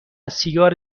سیگار